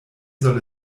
soll